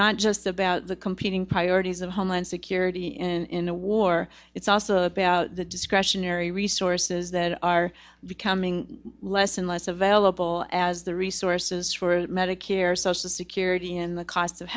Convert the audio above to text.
not just about the competing priorities of homeland security in the war it's also about the discretionary resources that are becoming less and less available as the resources for medicare social security in the cost of